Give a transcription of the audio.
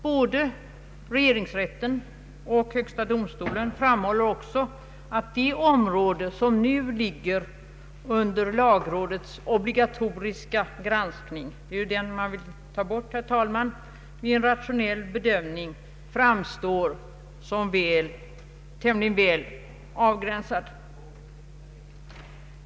Både rvegeringsrätten och högsta domstolen framhåller också, att det område som nu ligger under lagrådets obligatoriska granskning — det är ju den man vill ta bort, herr talman — i en rationell bedömning framstår som tämligen väl avgränsat.